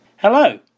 Hello